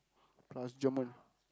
plus German